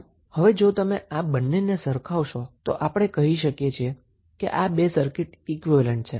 આમ હવે જો તમે આ બંને ને સરખાવશો તો આપણે કહી શકીએ કે આ બે સર્કીટ ઈક્વીવેલેન્ટ છે